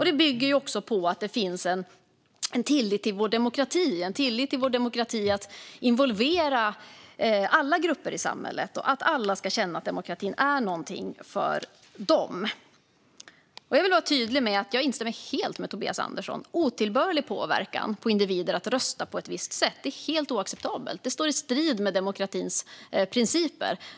Det bygger också på att det finns en tillit till vår demokrati att involvera alla grupper i samhället och att alla ska känna att demokratin är någonting för dem. Jag vill vara tydlig med att jag instämmer helt med Tobias Andersson. Otillbörlig påverkan på individer att rösta på ett visst sätt är helt oacceptabelt. Det står i strid med demokratins principer.